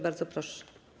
Bardzo proszę.